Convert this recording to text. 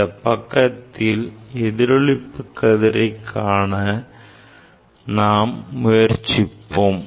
இப்பக்கத்தில் எதிரொளிப்பு கதிரை காண நாம் முயற்சிப்போம்